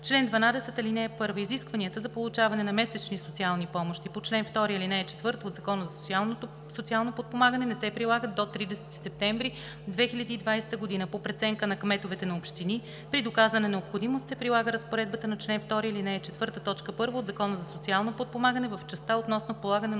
„Чл. 12. (1) Изискванията за получаване на месечни социални помощи по чл. 2, ал. 4 от Закона за социалното подпомагане не се прилагат до 30 септември 2020 г. По преценка на кметовете на общини, при доказана необходимост, се прилага разпоредбата на чл. 2, ал. 4, т. 1 от Закона за социално подпомагане в частта относно полагане на